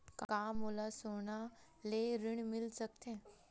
का मोला सोना ले ऋण मिल सकथे?